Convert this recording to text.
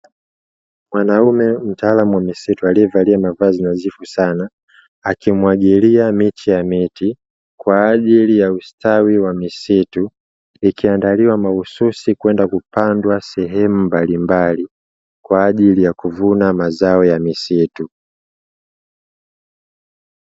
Mwanaume mtaalamu wa misitu aliyevalia mavazi nadhifu sana akimwagilia miche ya miti kwa ajili ya ustawi wa misitu. Ikiandiliwa mahususi kwenda kupandwa sehemu mbalimbali kwa ajili ya kuvuna mazao ya misitu.